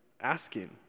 asking